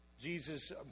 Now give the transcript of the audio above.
Jesus